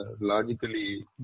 logically